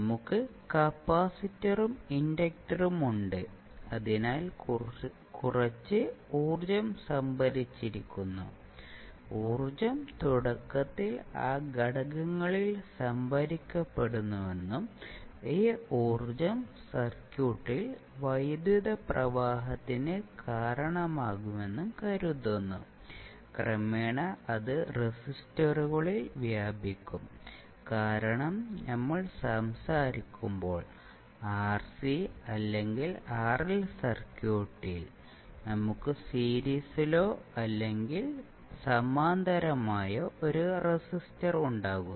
നമുക്ക് കപ്പാസിറ്ററും ഇൻഡക്റ്ററും ഉണ്ട് അതിനാൽ കുറച്ച് ഊർജ്ജം സംഭരിച്ചിരിക്കുന്നു ഊർജ്ജം തുടക്കത്തിൽ ആ ഘടകങ്ങളിൽ സംഭരിക്കപ്പെടുന്നുവെന്നും ഈ ഊർജ്ജം സർക്യൂട്ടിൽ വൈദ്യുത പ്രവാഹത്തിന് കാരണമാകുമെന്നും കരുതുന്നു ക്രമേണ അത് റെസിസ്റ്ററുകളിൽ വ്യാപിക്കും കാരണം നമ്മൾ സംസാരിക്കുമ്പോൾ ആർസി അല്ലെങ്കിൽ ആർഎൽ സർക്യൂട്ടിൽ നമുക്ക് സീരീസിലോ അല്ലെങ്കിൽ സമാന്തരമായോ ഒരു റെസിസ്റ്റർ ഉണ്ടാകും